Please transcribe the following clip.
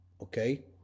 okay